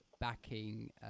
backing